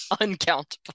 uncountable